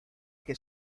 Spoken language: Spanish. que